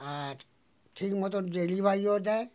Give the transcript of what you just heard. আর ঠিক মতো ডেলিভারিও দেয়